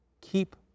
keep